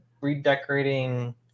redecorating